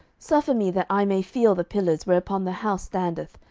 suffer me that i may feel the pillars whereupon the house standeth,